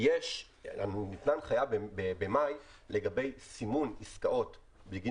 ניתנה הנחיה במאי לגבי סימון עסקאות בגין